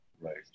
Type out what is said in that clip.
Right